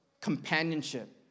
companionship